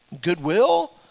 goodwill